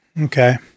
Okay